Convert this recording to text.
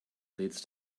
leads